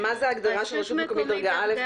מה זה הגדרה של רשות מקומית דרגה א',